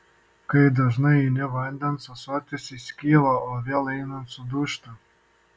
kai dažnai eini vandens ąsotis įskyla o vėl einant sudūžta